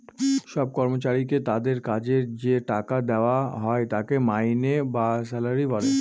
সব কর্মচারীকে তাদের কাজের যে টাকা দেওয়া হয় তাকে মাইনে বা স্যালারি বলে